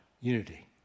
Unity